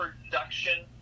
production